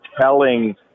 telling